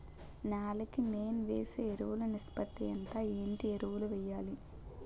నేల కి మెయిన్ వేసే ఎరువులు నిష్పత్తి ఎంత? ఏంటి ఎరువుల వేయాలి?